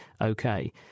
okay